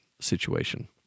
situation